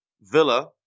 Villa